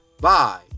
bye